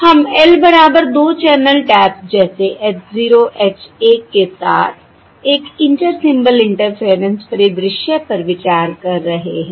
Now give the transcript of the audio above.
हम L बराबर दो चैनल टैप्स जैसे h h के साथ एक इंटर सिंबल इंटरफेयरेंस परिदृश्य पर विचार कर रहे हैं